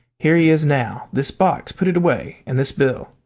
here he is now. this box! put it away. and this bill.